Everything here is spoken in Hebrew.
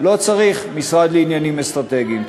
לא צריך משרד לעניינים אסטרטגיים.